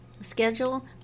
schedule